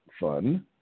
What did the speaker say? fun